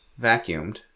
Vacuumed